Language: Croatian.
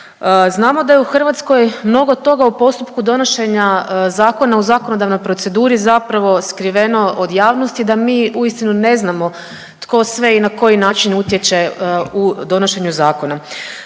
Znamo da je u Hrvatskoj mnogo toga u postupku donošenja zakona u zakonodavnoj proceduri zapravo skriveno od javnosti, da mi uistinu ne znamo tko sve i na koji način utječe u donošenju zakona.